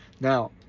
Now